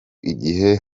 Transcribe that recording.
igihe